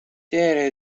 det